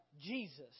Jesus